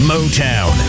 Motown